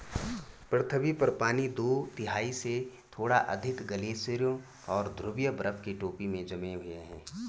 पृथ्वी पर पानी दो तिहाई से थोड़ा अधिक ग्लेशियरों और ध्रुवीय बर्फ की टोपी में जमे हुए है